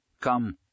Come